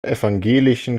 evangelischen